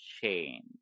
change